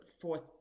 fourth